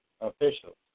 officials